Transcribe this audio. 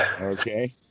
okay